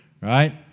Right